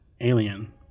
alien